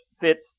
fits